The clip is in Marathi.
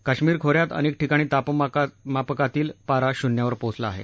कश्मीर खो यात अनेक ठिकाणी तापमापकातील पारा शून्यावर पोचला आहे